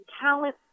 talent